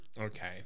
Okay